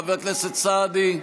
חבר הכנסת סעדי,